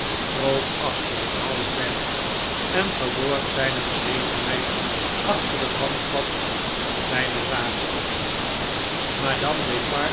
kroop achter het hout weg en verborg zjjne verlegenheid achter het handvat van zijne zaag